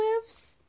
lives